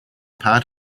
part